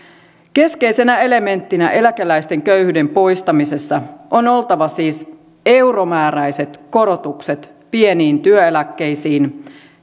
keskeisinä elementteinä eläkeläisten köyhyyden poistamisessa on oltava siis euromääräiset korotukset pieniin työeläkkeisiin